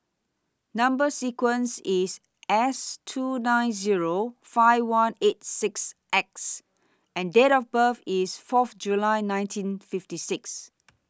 Number sequence IS S two nine Zero five one eight six X and Date of birth IS Fourth July nineteen fifty six